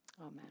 Amen